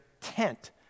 tent